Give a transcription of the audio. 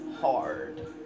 Hard